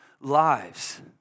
lives